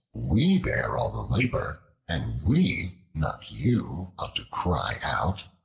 we bear all the labor, and we, not you, ought to cry out.